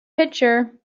pitcher